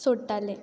सोडटालें